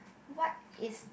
what is